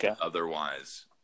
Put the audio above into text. otherwise